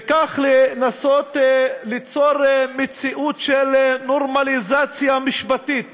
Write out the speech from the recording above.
וכך לנסות ליצור מציאות של נורמליזציה משפטית